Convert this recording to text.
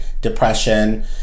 Depression